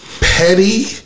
petty